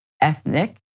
ethnic